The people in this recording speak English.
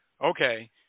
okay